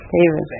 David